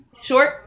short